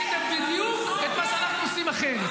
עשיתם בדיוק את מה שאנחנו עושים אחרת.